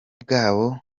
bwabo